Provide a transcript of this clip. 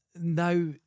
now